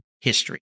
History